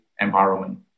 environment